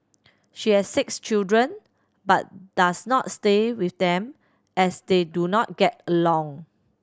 she has six children but does not stay with them as they do not get along